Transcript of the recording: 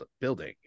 building